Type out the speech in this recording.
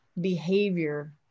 behavior